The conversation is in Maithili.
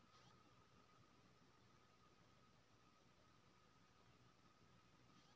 ए.पी.वाई ल पैसा अलग स जमा होतै या खाता स कैट जेतै?